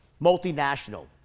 multinational